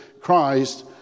Christ